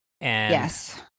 Yes